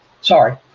Sorry